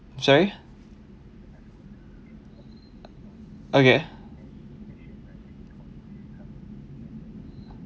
sorry okay